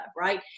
right